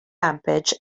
rampage